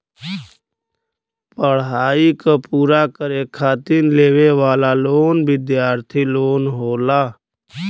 पढ़ाई क पूरा करे खातिर लेवे वाला लोन विद्यार्थी लोन होला